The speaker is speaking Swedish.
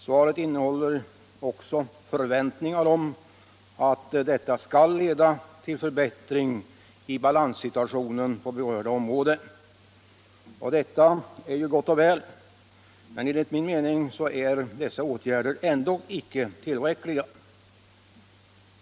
Svaret innehåller också förväntningar om att detta skall leda till förbättring i balanssituationen på berörda område. Detta är ju gott och väl, men enligt min mening är åtgärderna inte tillräckliga.